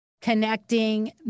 connecting